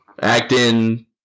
acting